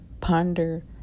Ponder